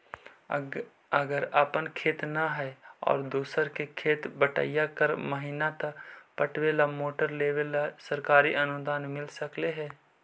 अगर अपन खेत न है और दुसर के खेत बटइया कर महिना त पटावे ल मोटर लेबे ल सरकार से अनुदान मिल सकले हे का?